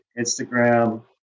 Instagram